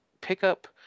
pickup